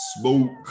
smoke